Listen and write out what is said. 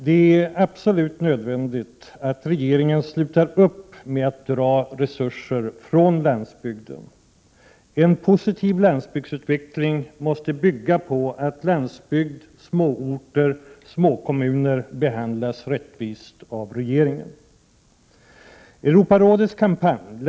Det är absolut nödvändigt att regeringen slutar att dra resurser från landsbygden — en positiv landsbygdsutveckling måste bygga på att landsbygd, småorter och småkommuner behandlas rättvist av regeringen. Europarådets kampanjer — t.ex.